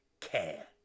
care